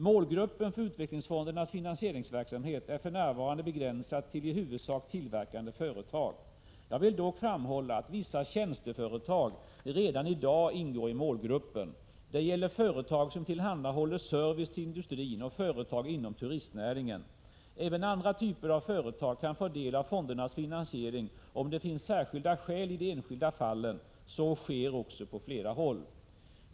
Målgruppen för utvecklingsfondernas finansieringsverksamhet är för närvarande begränsad till i huvudsak tillverkande företag. Jag vill dock framhålla att vissa tjänsteföretag redan i dag ingår i målgruppen. Det gäller företag som tillhandahåller service till industrin och företag inom turistnäringen. Även andra typer av företag kan få del av fondernas finansiering om det finns särskilda skäl i de enskilda fallen. Så sker också på flera håll.